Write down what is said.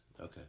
Okay